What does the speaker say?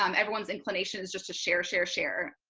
um everyone's inclination is just share, share, share.